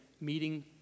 meeting